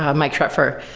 um mike schroepfer.